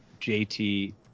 JT